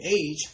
age